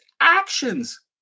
actions